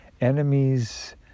enemies